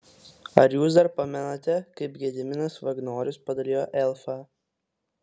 ar jūs dar pamenate kaip gediminas vagnorius padalijo elfą